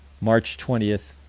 march twenty,